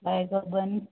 काय अर्बन